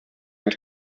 ens